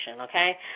okay